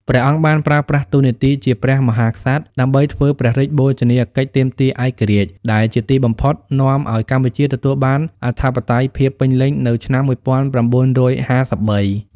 ព្រះអង្គបានប្រើប្រាស់តួនាទីជាព្រះមហាក្សត្រ ដើម្បីធ្វើព្រះរាជបូជនីយកិច្ចទាមទារឯករាជ្យ ដែលជាទីបំផុតនាំឱ្យកម្ពុជាទទួលបានអធិបតេយ្យភាពពេញលេញនៅឆ្នាំ១៩៥៣។